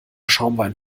schaumwein